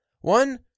One